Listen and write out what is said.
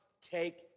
take